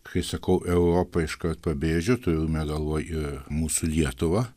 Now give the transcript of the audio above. kai sakau europa iškart pabrėžiu turime galvoj mūsų lietuvą